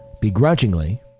begrudgingly